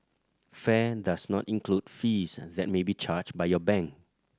fare does not include fees and that may be charged by your bank